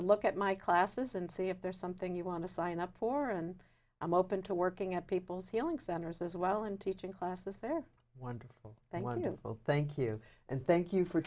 look at my classes and see if there's something you want to sign up for and i'm open to working at people's healing centers as well and teaching classes they're wonderful i want to thank you and thank you for